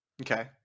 Okay